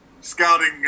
scouting